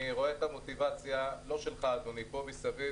אני רואה את המוטיבציה, לא שלך, אדוני, פה מסביב.